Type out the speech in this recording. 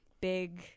big